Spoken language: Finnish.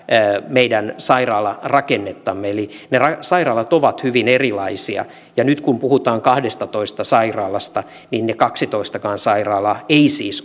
meidän sairaalarakennettamme eli ne sairaalat ovat hyvin erilaisia ja nyt kun puhutaan kahdestatoista sairaalasta niin ne kaksitoistakaan sairaalaa eivät siis